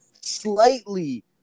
slightly